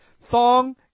Thong